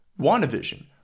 WandaVision